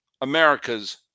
America's